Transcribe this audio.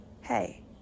hey